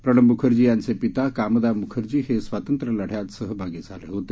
प्रणव म्खर्जी यांचे पिता कामदा म्खर्जी हे स्वतंत्र्य लढ्यात सहभागी झाले होते